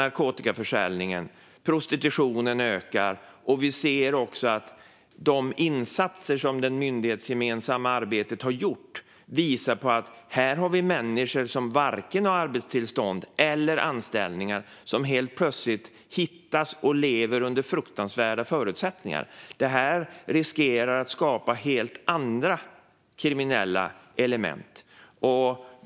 Narkotikaförsäljningen och prostitutionen ökar, och vi ser också genom de insatser som har skett i det myndighetsgemensamma arbetet att det handlar om människor som inte har vare sig arbetstillstånd eller anställningar. Helt plötsligt hittas de och lever under fruktansvärda omständigheter. Detta riskerar att skapa helt andra kriminella element.